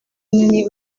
nini